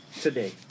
today